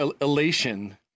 elation